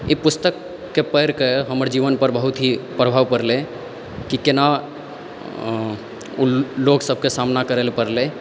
ई पुस्तकके पढ़ि कऽ हमर जीवन पर बहुत ही प्रभाव पड़लै कि केना लोग सबके सामना करै लए पड़लै